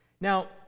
Now